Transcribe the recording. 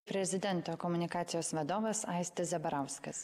prezidento komunikacijos vadovas aistis zabarauskas